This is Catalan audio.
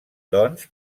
doncs